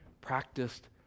practiced